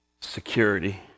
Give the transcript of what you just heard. security